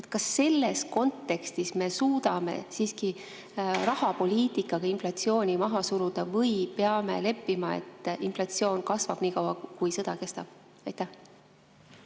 Kas selles kontekstis me suudame siiski rahapoliitikaga inflatsiooni maha suruda või peame leppima, et inflatsioon kasvab nii kaua, kui sõda kestab? Suur